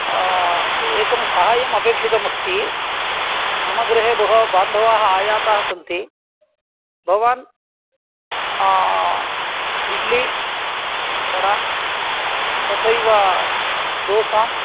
एकं सहाय्यम् अपेक्षितम् अस्ति मम गृहे भोः बान्धवाः आयाताः सन्ति भवान् इड्ली वडा तथैव दोसां